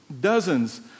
dozens